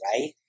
right